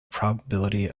probability